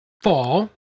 fall